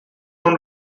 own